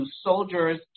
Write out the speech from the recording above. soldiers